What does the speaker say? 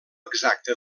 exacta